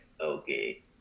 okay